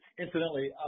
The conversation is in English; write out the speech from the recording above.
incidentally